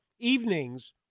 evenings